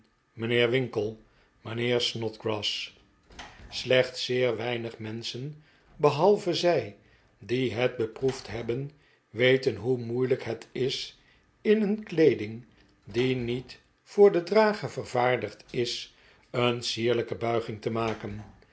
mijnheer winkle mijnheer snodgrass slechts zeer weinig menschen behalve zij die het beproefd hebben weten hoe moeilijk het is in een kleeding die niet voor den drager vervaafdigd is een sierlijke buiging te maken